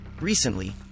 Recently